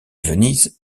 venise